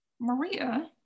Maria